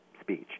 speech